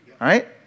right